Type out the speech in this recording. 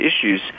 issues